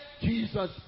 Jesus